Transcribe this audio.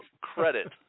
credit